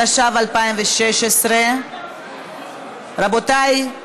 התשע"ו 2016. רבותי,